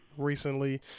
recently